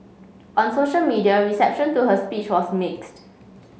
on social media reception to her speech was mixed